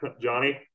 Johnny